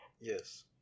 Yes